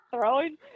Throwing